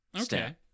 Okay